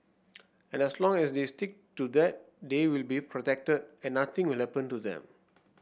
and as long as they stick to that they will be protected and nothing will happen to them